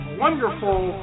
wonderful